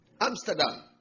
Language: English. Amsterdam